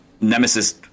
Nemesis